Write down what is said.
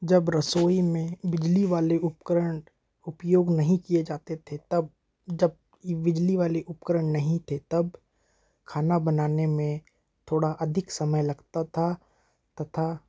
जब रसोई में बिजली वाले उपकरण उपयोग नहीं किए जाते थे तब जब ई बिजली वाली उपकरण नहीं थे तब खाना बनाने में थोड़ा अधिक समय लगता था तथा